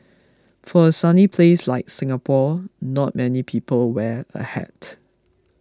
for a sunny place like Singapore not many people wear a hat